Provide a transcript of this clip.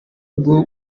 bwo